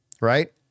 Right